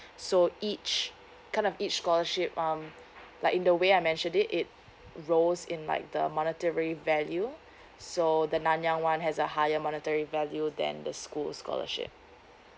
so each kind of each scholarship um like in a way I mentioned it rolls in like the monetary value so the nanyang one has a higher monetary value then the school scholarship